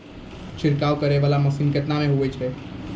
छिड़काव करै वाला मसीन केतना मे होय छै?